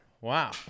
Wow